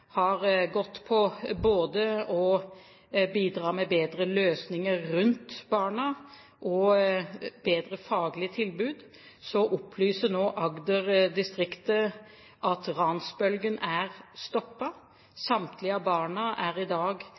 har gått på både å bidra med bedre løsninger rundt barna og bedre faglig tilbud, opplyser nå Agder-distriktet at ransbølgen er stoppet. Samtlige av barna er i dag